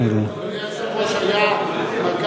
אדוני היושב-ראש,